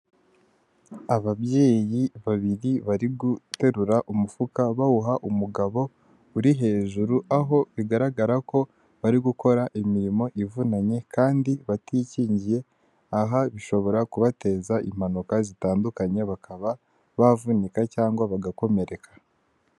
Ababyeyi babiri bari guterura umufuka bawuha umugabo uri hejuru aho bigaragara ko bari gukora imirimo ivunanye kandi batikingiye; aha bishobora kubateza impanuka zitandukanye bakaba bavunika cyangwa bagakomereka.